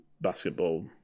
basketball